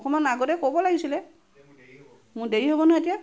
অকণমান আগতে ক'ব লাগিছিলে মোৰ দেৰি হ'ব নহয় এতিয়া